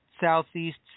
Southeast